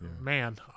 man